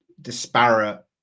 disparate